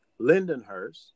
Lindenhurst